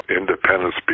independence